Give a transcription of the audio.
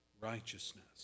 righteousness